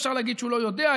אי-אפשר להגיד שהוא לא יודע,